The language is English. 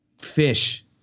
fish